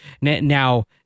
Now